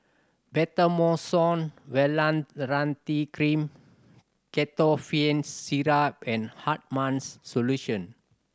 Betamethasone Valerate Cream Ketotifen Syrup and Hartman's Solution